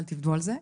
אל תבנו על זה,